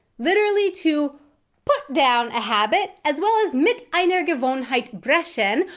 literally to put down a habit as well as mit einer gewohnheit brechen,